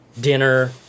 dinner